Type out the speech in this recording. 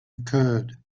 occurred